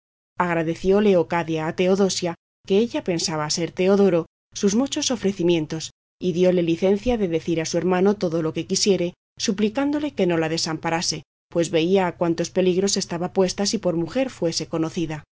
agradeció leocadia a teodosia que ella pensaba ser teodoro sus muchos ofrecimientos y diole licencia de decir a su hermano todo lo que quisiese suplicándole que no la desamparase pues veía a cuántos peligros estaba puesta si por mujer fuese conocida